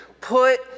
Put